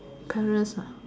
parents ah